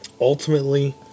ultimately